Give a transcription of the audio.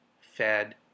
fed